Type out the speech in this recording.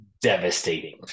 devastating